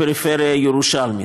פריפריה ירושלמית.